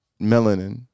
melanin